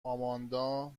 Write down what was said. آماندا